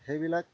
সেইবিলাক